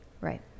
Right